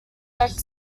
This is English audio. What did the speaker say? next